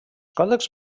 còdexs